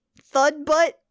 Thudbutt